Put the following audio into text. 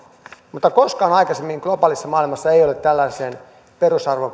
mutta koskaan aikaisemmin globaalissa maailmassa ei ole tällaiseen perusarvoon